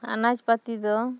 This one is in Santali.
ᱟᱱᱟᱪ ᱯᱟᱹᱛᱤ ᱫᱚ